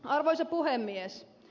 arvoisa puhemies